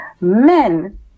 men